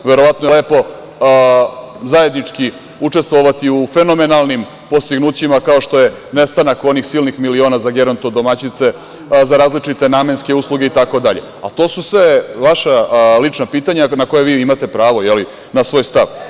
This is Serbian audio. Verovatno je lepo zajednički učestovati u fenomenalnim postignućima kao što je nestanak onih silnih miliona za geronto domaćice, za različite namenske usluge, itd, ali to su sve vaša lična pitanja na koje vi imate pravo na svoj stav.